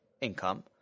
income